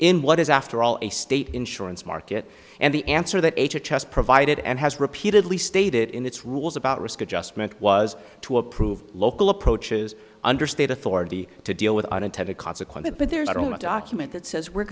in what is after all a state insurance market and the answer that has provided and has repeatedly stated in its rules about risk adjustment was to approve local approaches under state authority to deal unintended consequences but there's only a document that says we're